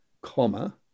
comma